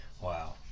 Wow